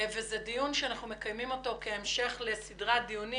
וזה דיון שאנחנו מקיימים אותו כהמשך לסדרת דיונים